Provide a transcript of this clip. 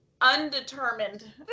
undetermined